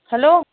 hello